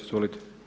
Izvolite.